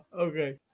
Okay